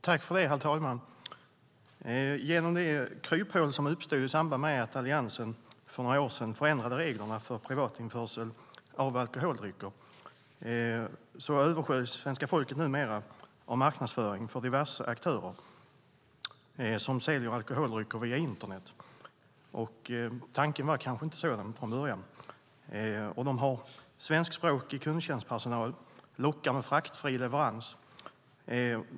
Herr talman! Genom det kryphål som uppstod i samband med att Alliansen för några år sedan förändrade reglerna för privatinförsel av alkoholdrycker översköljs svenska folket numera av marknadsföring från diverse aktörer som säljer alkoholdrycker via internet. De har svenskspråkig kundtjänstpersonal och lockar med fraktfri leverans.